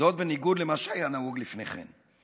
זאת, בניגוד למה שהיה נהוג לפני כן.